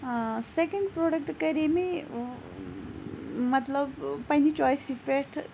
second product کَرے مےٚ مَطلَب پَننہِ چویسہِ پٮ۪ٹھ